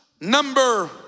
number